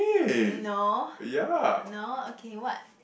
no no okay what